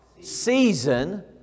Season